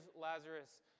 Lazarus